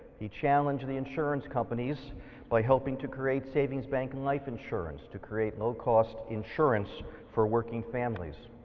he challenged the insurance companies by helping to create savings banks and life insurance to create low cost insurance for working families.